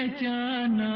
ah john